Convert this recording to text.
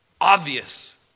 obvious